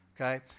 Okay